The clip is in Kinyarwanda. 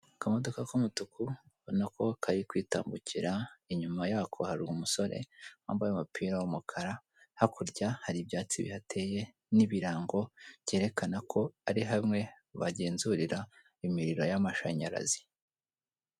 Akamodoka k'umutuku mbonako karikwitambukira, inyuma yako hari umusore wambaye umupira w'umukara, hakurya hari ibyatsi bihateye n'ibirango byerekana ko ari hamwe bagenzurira imiriro y'amashanyarazi.